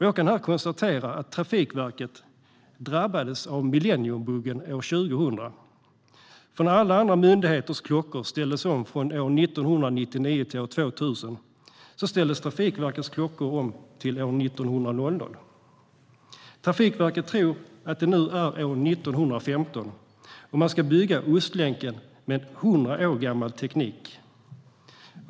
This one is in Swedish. Jag kan konstatera att Trafikverket drabbades av millenniebuggen år 2000, för när alla andra myndigheters klockor ställdes om från år 1999 till år 2000 ställdes Trafikverkets klockor om till år 1900. Trafikverket tror att det nu är år 1915, och man ska bygga Ostlänken med 100 år gammal teknik.